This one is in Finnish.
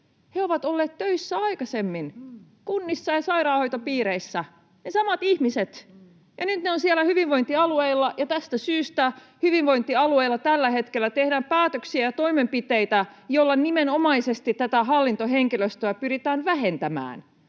ovat olleet töissä aikaisemmin kunnissa ja sairaanhoitopiireissä, ne samat ihmiset. Nyt he ovat siellä hyvinvointialueilla, ja tästä syystä hyvinvointialueilla tällä hetkellä tehdään päätöksiä ja toimenpiteitä, joilla nimenomaisesti tätä hallintohenkilöstöä pyritään vähentämään.